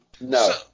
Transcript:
No